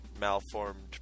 malformed